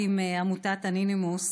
עמותת אנונימוס,